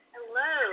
Hello